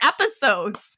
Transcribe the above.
episodes